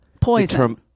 poison